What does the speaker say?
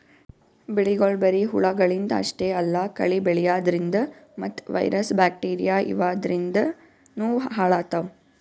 ಬೆಳಿಗೊಳ್ ಬರಿ ಹುಳಗಳಿಂದ್ ಅಷ್ಟೇ ಅಲ್ಲಾ ಕಳಿ ಬೆಳ್ಯಾದ್ರಿನ್ದ ಮತ್ತ್ ವೈರಸ್ ಬ್ಯಾಕ್ಟೀರಿಯಾ ಇವಾದ್ರಿನ್ದನೂ ಹಾಳಾತವ್